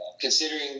Considering